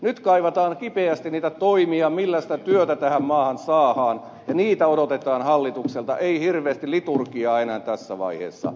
nyt kaivataan kipeästi niitä toimia millä sitä työtä tähän maahan saadaan ja niitä odotetaan hallitukselta ei hirveästi liturgiaa enää tässä vaiheessa